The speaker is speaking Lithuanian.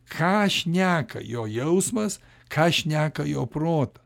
ką šneka jo jausmas ką šneka jo prota